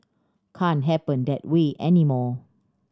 can't happen that way anymore